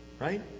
right